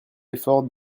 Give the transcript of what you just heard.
effort